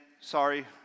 Sorry